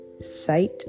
Sight